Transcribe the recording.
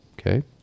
Okay